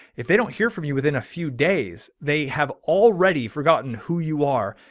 if they don't hear from you within a few days, they have already forgotten who you are,